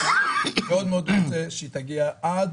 הגשתי שאילתה בנושא הזה, שקיבלתי